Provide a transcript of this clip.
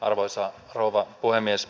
arvoisa rouva puhemies